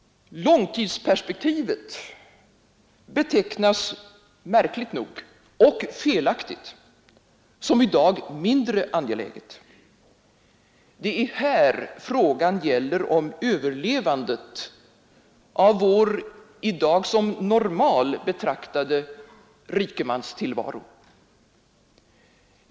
Långtidsperspektivet betecknas, märkligt nog och felaktigt, som i dag mindre angeläget. Det är här frågan gäller om överlevandet av vår i dag som normal betraktade rikemanstillvaro.